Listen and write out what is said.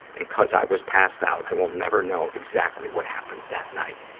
and because i was passed out, i will never know exactly what happened that night.